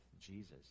Jesus